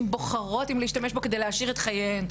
בוחרות אם להשתמש בו כדי להעשיר את חייהן.